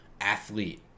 athlete